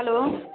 hello